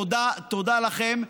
תודה, תודה לכם.